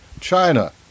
China